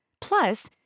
plus